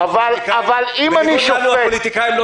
הפוליטיקאים,